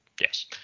yes